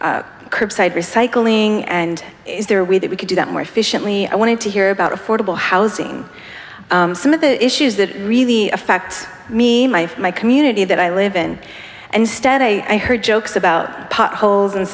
the curbside recycling and is there a way that we could do that more efficiently i wanted to hear about affordable housing some of the issues that really affect me my for my community that i live in and stead i heard jokes about potholes and